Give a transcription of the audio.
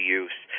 use